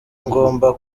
ngomba